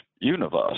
universe